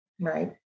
Right